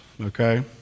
okay